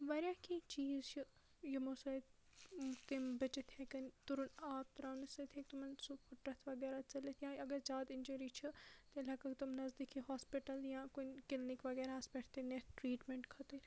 واریاہ کینٛہہ چیٖز چھِ یِمو سۭتۍ تِم بٔچِتھ ہیٚکَن تُرُن آب تراونہِ سۭتۍ ہیٚکہِ تِمَن سُہ فٹرتھ وَغیرہ ژیٚلِتھ یا اگر زیادٕ اِنجری چھِ تیٚلہِ ہیٚکَن تِم نَزدیٖکی ہوسپِٹَل یا کُنہِ کِلنِک وَغیرہ ہَس پیٚٹھ ٹریٖٹمنٹ خٲطرٕ